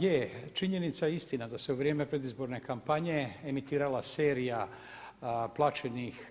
Je činjenica i istina da se u vrijeme predizborne kampanje emitirala serija plaćenih